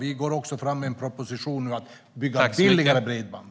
Vi lägger nu också fram en proposition om att bygga billigare bredband.